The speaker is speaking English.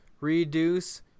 reduce